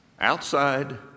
Outside